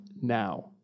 now